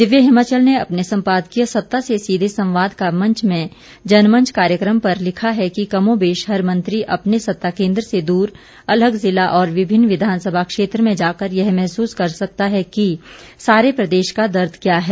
दिव्य हिमाचल ने अपने सम्पादकीय सत्ता से सीधे संवाद का मंच में जनमंच कार्यक्रम पर लिखा है कि कमोबेश हर मंत्री अपने सत्ता केंद्र से दूर अलग जिला और विभिन्न विधानसभा क्षेत्र में जाकर यह महसूस कर सकता है कि सारे प्रदेश का दर्द क्या है